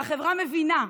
והחברה מבינה,